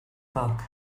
book